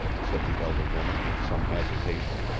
said the elder woman with some agitation.